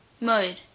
Mode